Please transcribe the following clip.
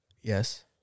yes